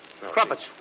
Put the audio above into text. Crumpets